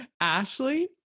ashley